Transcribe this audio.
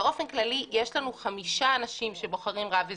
באופן כללי יש חמישה אנשים שבוחרים רב אזורי,